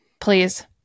please